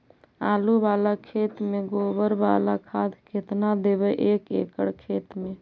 आलु बाला खेत मे गोबर बाला खाद केतना देबै एक एकड़ खेत में?